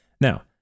Now